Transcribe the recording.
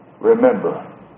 remember